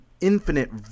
infinite